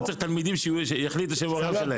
אבל הוא צריך תלמידים שיחליטו שהוא בעולם שלהם.